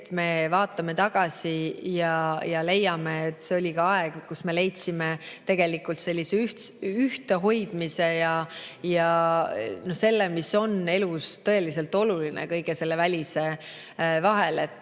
et me vaatame tagasi ja leiame, et see oli ka aeg, kus me leidsime tegelikult sellise ühtehoidmise ja selle, mis on elus tõeliselt oluline kõige selle välise vahel.